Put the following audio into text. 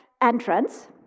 entrance